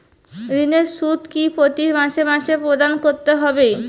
ঋণের সুদ কি প্রতি মাসে মাসে প্রদান করতে হবে?